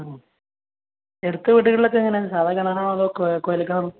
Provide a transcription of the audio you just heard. ആ അടുത്ത വീടുകളിലൊക്കെ എങ്ങനെയാണ് സാധാ കിണറാണോ അതോ കുഴൽക്കിണറാണോ